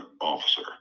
officer